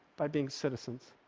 by being citizens,